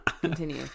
continue